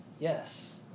Yes